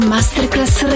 Masterclass